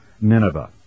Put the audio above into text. Nineveh